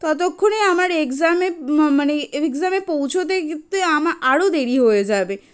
ততক্ষণে আমার এক্সামে ম মানে এক্সামে পৌঁছোতে তে আমার আরও দেরি হয়ে যাবে